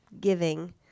giving